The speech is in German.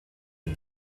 von